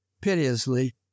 piteously